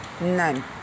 None